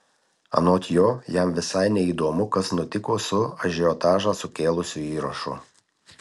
anot jo jam visai neįdomu kas nutiko su ažiotažą sukėlusiu įrašu